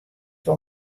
wol